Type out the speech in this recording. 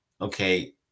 okay